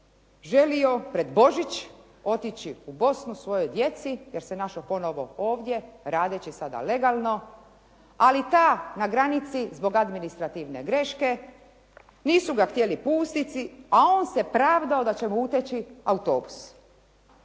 želio pred Božić otići u Bosnu svojoj djeci, jer se našao ponovo ovdje radeći sada legalno, ali ta na granici zbog administrativne greške nisu ga htjeli pustiti, a on se pravdao da će mu uteći autobus